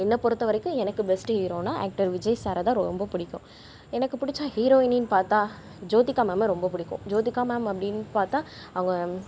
என்னை பொறுத்தவரைக்கும் எனக்கு பெஸ்ட்டு ஹீரோனா ஆக்டர் விஜய் சாரை தான் ரொம்ப புடிக்கும் எனக்கு பிடிச்ச ஹீரோயின்னு பார்த்தா ஜோதிகா மேம்மை ரொம்ப பிடிக்கும் ஜோதிகா மேம் அப்படின்னு பார்த்தா அவங்க